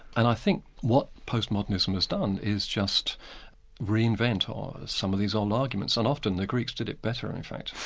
and i think what postmodernism has done is just reinvent ah some of these old arguments, and often the greeks did it better, and in fact.